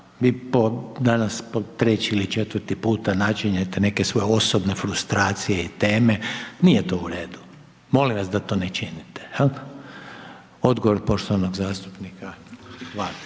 vi danas po treći ili četvrti puta načinjenite neke svoje osobne frustracije i teme, nije to u redu, molim vas da to ne činite. Odgovor poštovanog zastupnika Varde.